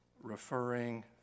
referring